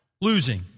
losing